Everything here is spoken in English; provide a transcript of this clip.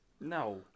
No